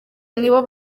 nibo